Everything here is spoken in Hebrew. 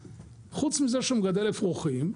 חוץ מזה שהוא מגדל אפרוחים,